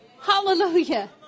Hallelujah